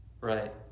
Right